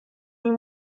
این